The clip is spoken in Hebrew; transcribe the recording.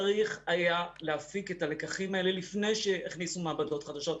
צריך היה להפיק את הלקחים האלה לפני שהכניסו מעבדות חדשות,